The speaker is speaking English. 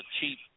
cheap